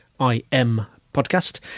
impodcast